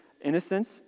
innocence